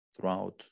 throughout